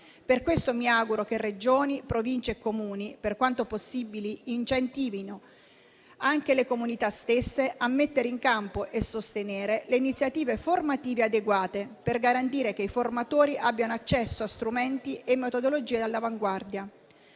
Per questo mi auguro che Regioni, Province e Comuni, per quanto possibile, incentivino anche le comunità stesse a mettere in campo e sostenere le iniziative formative adeguate per garantire che i formatori abbiano accesso a strumenti e metodologie all'avanguardia.